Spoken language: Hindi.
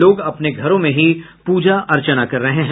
लोग अपने घरों में ही पूजा अर्चना कर रहे हैं